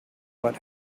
what